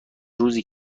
روزی